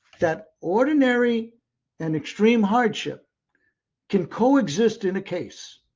that ordinary and extreme hardship can coexist in a case.